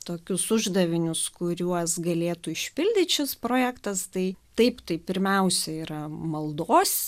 tokius uždavinius kuriuos galėtų išpildyt šis projektas tai taip tai pirmiausia yra maldos